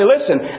listen